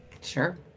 Sure